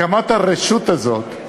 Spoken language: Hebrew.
הקמת הרשות הזאת,